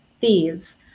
Thieves